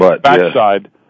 backside